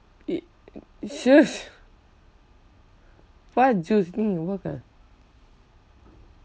it it's just what juice you think you work ah